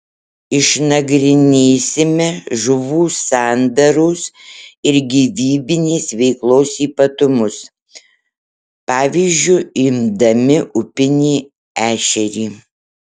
išnagrinėsime žuvų sandaros ir gyvybinės veiklos ypatumus pavyzdžiu imdami upinį ešerį